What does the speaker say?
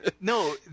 No